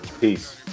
Peace